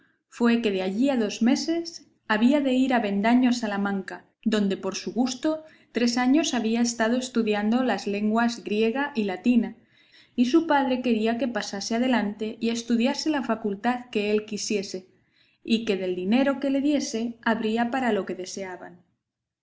fue que de allí a dos meses había de ir avendaño a salamanca donde por su gusto tres años había estado estudiando las lenguas griega y latina y su padre quería que pasase adelante y estudiase la facultad que él quisiese y que del dinero que le diese habría para lo que deseaban